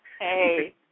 Hey